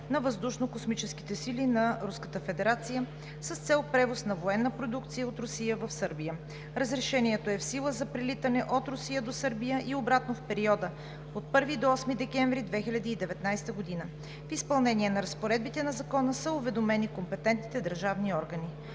на Въздушно-космическите сили на Руската федерация с цел превоз на военна продукция от Русия в Сърбия. Разрешението е в сила за прелитане от Русия до Сърбия и обратно в периода от 1 до 8 декември 2019 г. В изпълнение на разпоредбите на Закона са уведомени компетентните държавни органи.